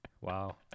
Wow